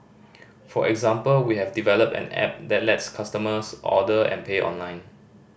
for example we have developed an app that lets customers order and pay online